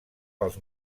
pels